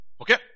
Okay